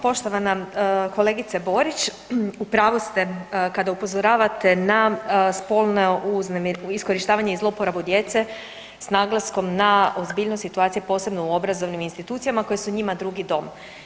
Poštovan kolegice Borić, u pravu ste kada upozoravate na spolno iskorištavanje i zloporabu djece s naglaskom na ozbiljnost situacije posebno u obrazovnim institucijama koje su njima drugi dom.